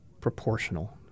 proportional